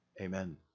Amen